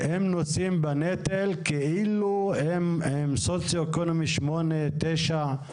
הם נושאים בנטל כאילו הם סוציואקונומי שמונה, תשע,